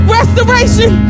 Restoration